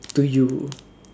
to you